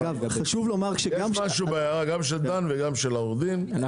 יש משהו בהערה גם של דן וגם של העורך דין,